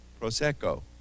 prosecco